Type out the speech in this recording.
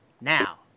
now